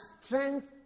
strength